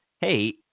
hey